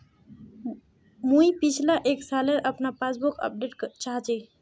मुई पिछला एक सालेर अपना पासबुक अपडेट चाहची?